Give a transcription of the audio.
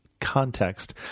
context